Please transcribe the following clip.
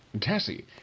Tessie